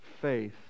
faith